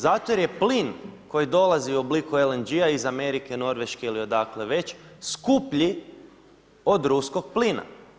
Zato jer je plin koji dolazi u obliku LNG iz Amerike, Norveške ili odakle već skuplji od ruskog plina.